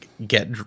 get